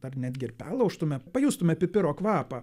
ar netgi ir perlaužtume pajustume pipiro kvapą